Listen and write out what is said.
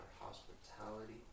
hospitality